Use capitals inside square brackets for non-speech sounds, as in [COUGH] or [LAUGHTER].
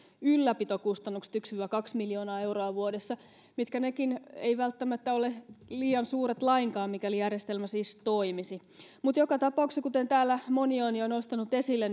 ylläpitokustannukset yksi viiva kaksi miljoonaa euroa vuodessa mitkä nekään eivät välttämättä ole liian suuret lainkaan mikäli järjestelmä siis toimisi mutta joka tapauksessa kuten täällä moni on jo nostanut esille [UNINTELLIGIBLE]